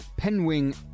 Penwing